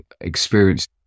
experience